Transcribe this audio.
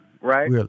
right